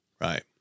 Right